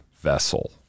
vessel